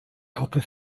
copper